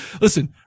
listen